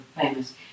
famous